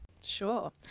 Sure